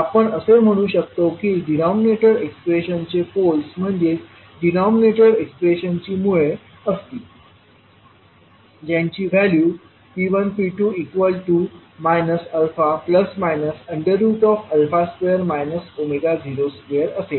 आपण असे म्हणू शकतो की डिनॉमिनेटर एक्सप्रेशनचे पोल्स म्हणजे डिनॉमिनेटर एक्सप्रेशनची मुळे असतील ज्यांची व्हॅल्यू p12 α ±2 02 असेल